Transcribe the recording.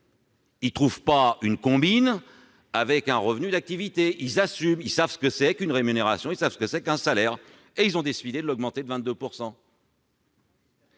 Ils ne trouvent pas une combine une prime d'activité : ils assument. Ils savent ce que c'est qu'une rémunération ; ils savent ce que c'est qu'un salaire. Et ils ont décidé de l'augmenter de 22 %.